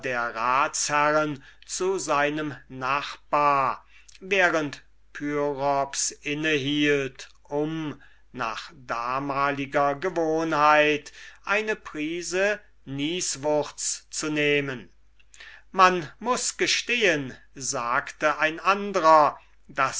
der ratsherren zu seinem nachbar während daß pyrops innhielt um nach damaliger gewohnheit eine prise nieswurz zu nehmen man muß gestehen sagte ein andrer das